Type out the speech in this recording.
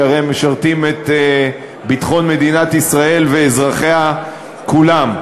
כי הרי הם משרתים את ביטחון מדינת ישראל ואזרחיה כולם,